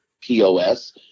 POS